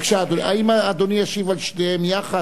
בבקשה, האם אדוני ישיב על שתיהן יחד?